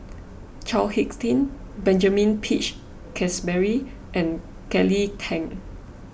Chao Hick Tin Benjamin Peach Keasberry and Kelly Tang